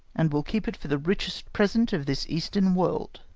and will keep it for the richest present of this eastern world.